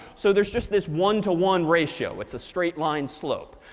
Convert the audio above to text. so there's just this one to one ratio. it's a straight line slope.